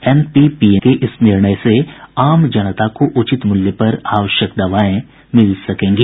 NPPA के इस निर्णय से आम जनता को उचित मूल्य पर आवश्यक दवाएं मिल सकेंगी